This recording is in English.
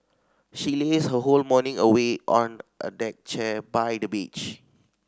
she lazed her whole morning away on a deck chair by the beach